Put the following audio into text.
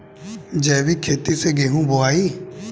जैविक खेती से गेहूँ बोवाई